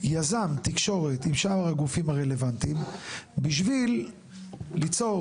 יזם תקשורת עם שאר הגופים הרלוונטיים בשביל ליצור